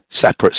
separate